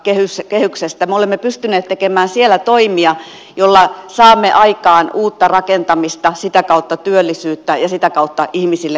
me olemme pystyneet tekemään siellä toimia joilla saamme aikaan uutta rakentamista sitä kautta työllisyyttä ja sitä kautta ihmisille koteja